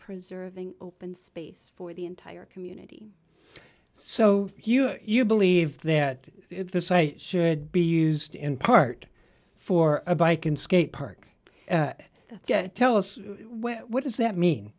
preserving open space for the entire community so you are you believe that this i should be used in part for a bike and skate park tell us what does that mean